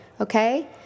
Okay